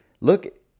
look